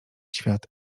świat